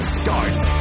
starts